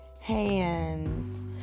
hands